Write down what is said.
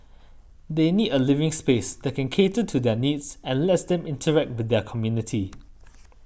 they need a living space that can cater to their needs and lets them interact with their community